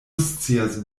scias